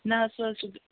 نہَ حظ سُہ حظ چھُ